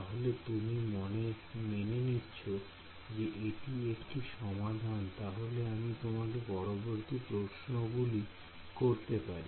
তাহলে তুমি মেনে নিচ্ছ যে এটি একটি সমাধান তাহলে আমি তোমাকে পরবর্তী প্রশ্ন গুলো করতে পারি